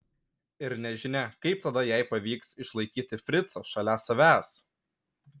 ir nežinia kaip tada jai pavyks išlaikyti fricą šalia savęs